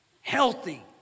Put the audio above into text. healthy